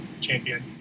champion